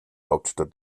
hauptstadt